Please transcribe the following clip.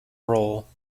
role